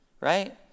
Right